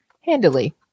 handily